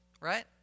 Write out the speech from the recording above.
right